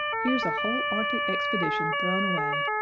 here's a whole arctic expedition thrown away!